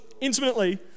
intimately